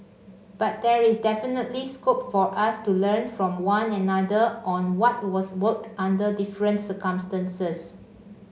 but there is definitely scope for us to learn from one another on what was worked under different circumstances